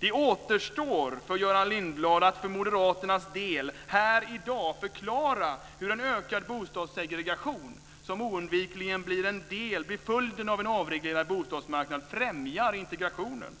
Det återstår för Göran Lindblad att för moderaternas del här i dag förklara hur en ökad bostadssegregation, som oundvikligen blir följden av en avreglerad bostadsmarknad, främjar integrationen.